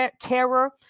terror